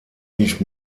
nicht